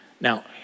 Now